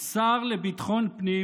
השר לביטחון פנים